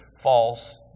false